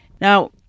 Now